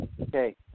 okay